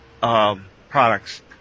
products